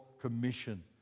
commission